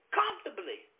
comfortably